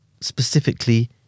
specifically